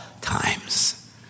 times